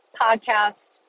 podcast